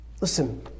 listen